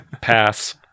pass